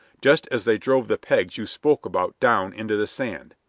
just as they drove the pegs you spoke about down into the sand.